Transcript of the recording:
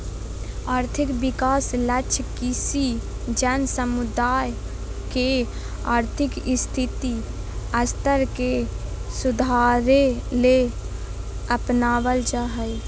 और्थिक विकास लक्ष्य किसी जन समुदाय के और्थिक स्थिति स्तर के सुधारेले अपनाब्ल जा हइ